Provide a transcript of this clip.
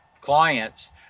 clients